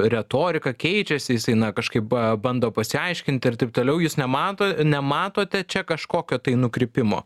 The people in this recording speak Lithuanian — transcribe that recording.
retorika keičiasi jisai na kažkaip bando pasiaiškinti ir taip toliau jūs nemato nematote čia kažkokio tai nukrypimo